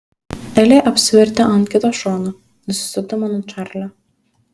elė apsivertė ant kito šono nusisukdama nuo čarlio